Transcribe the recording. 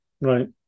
Right